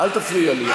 אל תפריע לי,